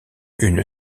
une